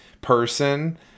person